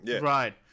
Right